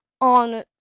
on